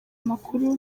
makuru